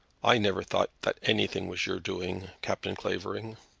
i never thought that anything was your doing, captain clavering.